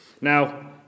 Now